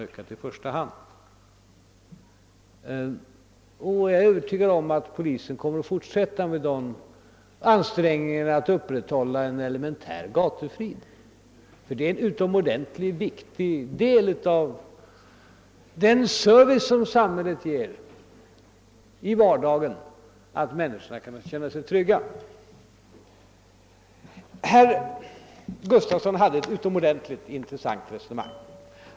Jag är övertygad om att polisen kommer att fortsätta ansträngningarna att upprätthålla en elementär gatufrid. Att människorna kan känna sig trygga är en utomordentlig viktig del av den service som samhället ger i vardagen. Herr Gustafson i Göteborg hade ett utomordentligt intressant resonemang.